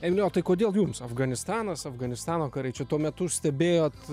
emili o tai kodėl jums afganistanas afganistano kariai čia tuo metu stebėjot